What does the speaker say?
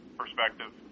perspective